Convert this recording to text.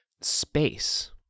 space